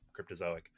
Cryptozoic